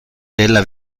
della